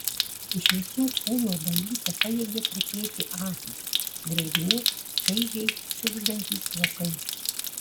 iš visų kūno dalių tepajėgė krutėti akys drėgni čaižiai šiugždantys vokai